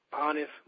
honest